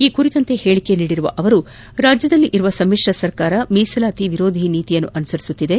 ಈ ಕುರಿತಂತೆ ಹೇಳಿಕೆ ನೀಡಿರುವ ಅವರು ರಾಜ್ಯದಲ್ಲಿರುವ ಸಮ್ಮಿಶ್ರ ಸರ್ಕಾರ ಮೀಸಲಾತಿ ವಿರೋಧಿ ನೀತಿ ಅನುಸರಿಸುತ್ತಿದೆ